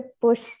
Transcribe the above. push